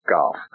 Golf